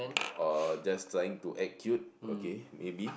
or just trying to act cute okay maybe